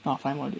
a final